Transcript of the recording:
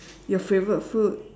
your favourite food